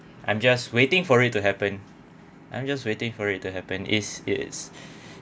I'm just waiting for it to happen I'm just waiting for it to happen yes yes